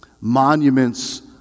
monuments